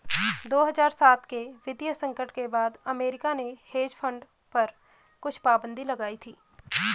दो हज़ार सात के वित्तीय संकट के बाद अमेरिका ने हेज फंड पर कुछ पाबन्दी लगाई थी